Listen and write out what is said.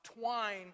twine